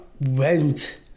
went